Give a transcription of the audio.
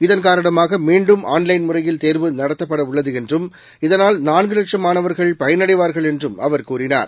இதன் காரணமாகமீண்டும் online முறையில் தேர்வு நடத்தப்படவுள்ளதுஎன்றும் இதனால் நான்குலட்சம் மாணவர்கள் பயனடைவார்கள் என்றும் அவர் கூறினார்